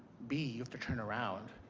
b turn around,